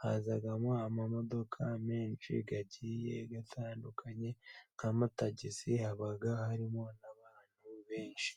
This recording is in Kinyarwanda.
hazamo amamodoka menshi agiye atandukanye, nk' amatagisi, haba harimo n'abantu benshi.